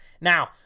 now